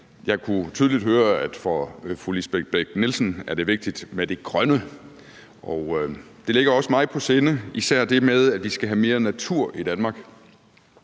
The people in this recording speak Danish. Jeg kunne tydeligt høre, at det for fru Lisbeth Bech-Nielsen er vigtigt med det grønne. Det ligger også mig på sinde, især det med, at vi skal have mere natur i Danmark.